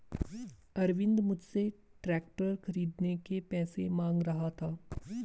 अरविंद मुझसे ट्रैक्टर खरीदने के पैसे मांग रहा था